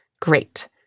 Great